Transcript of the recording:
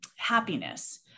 happiness